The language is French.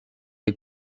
les